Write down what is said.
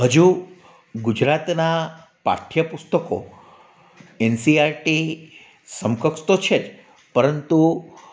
હજુ ગુજરાતનાં પાઠ્યપુસ્તકો એનસીઆરટી સમકક્ષ તો છે જ પરંતુ